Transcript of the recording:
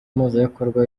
umuhuzabikorwa